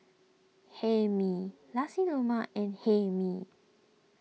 Hae Mee Nasi Lemak and Hae Mee